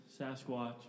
Sasquatch